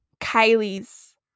Kylie's